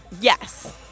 Yes